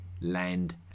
land